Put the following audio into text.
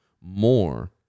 more